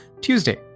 Tuesday